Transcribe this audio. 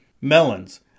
Melons